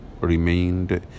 remained